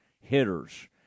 hitters